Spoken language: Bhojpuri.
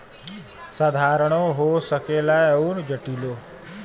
साधारणो हो सकेला अउर जटिलो